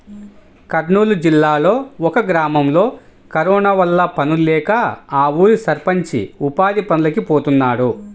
కర్నూలు జిల్లాలో ఒక గ్రామంలో కరోనా వల్ల పనుల్లేక ఆ ఊరి సర్పంచ్ ఉపాధి పనులకి పోతున్నాడు